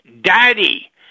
Daddy